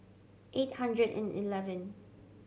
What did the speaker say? eight hundred and eleven